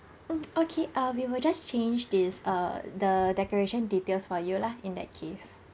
mm okay uh we will just change this uh the decoration details for you lah in that case